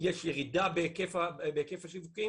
יש ירידה בהיקף השיווק,